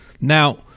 Now